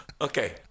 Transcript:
okay